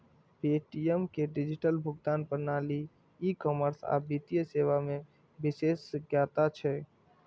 Paytm के digital भुगतान प्रणाली, ई कॉमर्स आ वित्तीय सेवा मे विशेषज्ञता छै